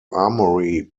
armory